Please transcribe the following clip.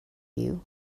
you